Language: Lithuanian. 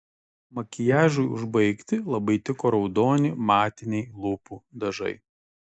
makiažui užbaigti labai tiko raudoni matiniai lūpų dažai